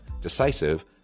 decisive